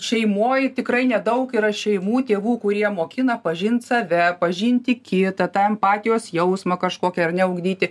šeimoj tikrai nedaug yra šeimų tėvų kurie mokina pažint save pažinti kitą tą empatijos jausmą kažkokią ar ne ugdyti